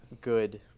Good